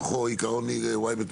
אוקיי?